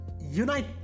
unite